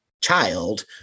child